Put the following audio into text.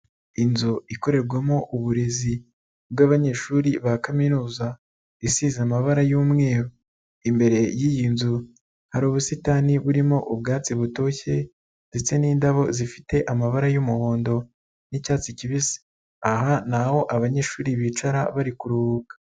lnzu ikorerwamo uburezi bw'abanyeshuri ba kaminuza isize amabara y'umweru, imbere y'iyi nzu hari ubusitani burimo ubwatsi butoshye, ndetse n'indabo zifite amabara y'umuhondo, n'icyatsi kibisi. Aha naho abanyeshuri bicara bari kuruhuka.